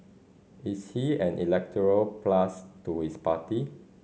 is he an electoral plus to his party